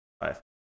Five